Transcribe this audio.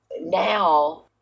now